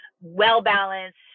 well-balanced